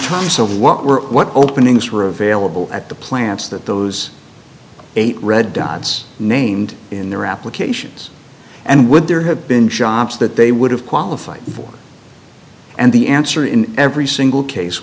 o what were what openings were available at the plants that those eight red dots named in their applications and would there have been jobs that they would have qualified for and the answer in every single case